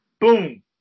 Boom